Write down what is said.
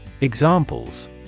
Examples